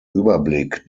überblick